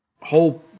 whole